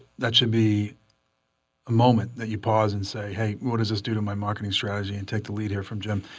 that should be the moment that you pause and say hey, what does this do to my marketing strategy? and take the lead here from jim.